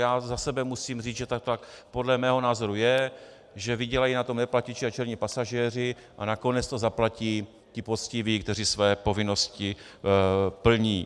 Já za sebe musím říct, že to tak podle mého názoru je, že vydělají na tom neplatiči a černí pasažéři a nakonec to zaplatí ti poctiví, kteří své povinnosti plní.